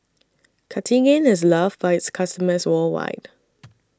Cartigain IS loved By its customers worldwide